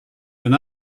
and